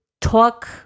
talk